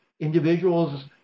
individuals